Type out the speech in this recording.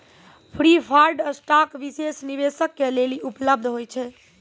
preferred stock विशेष निवेशक के लेली उपलब्ध होय छै